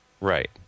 Right